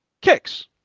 kicks